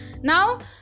now